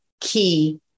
key